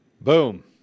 Boom